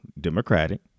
Democratic